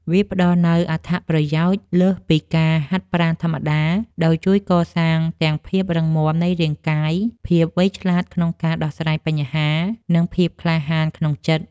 វាផ្តល់នូវអត្ថប្រយោជន៍លើសពីការហាត់ប្រាណធម្មតា ដោយជួយកសាងទាំងភាពរឹងមាំនៃរាងកាយ ភាពវៃឆ្លាតក្នុងការដោះស្រាយបញ្ហា និងភាពក្លាហានក្នុងចិត្ត។